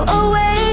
away